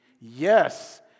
Yes